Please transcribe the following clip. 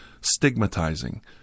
stigmatizing